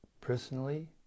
personally